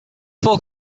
four